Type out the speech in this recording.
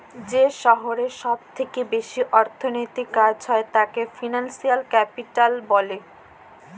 যে শহরে সব থেকে বেশি অর্থনৈতিক কাজ হয় তাকে ফিনান্সিয়াল ক্যাপিটাল বলে